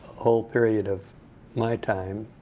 whole period of my time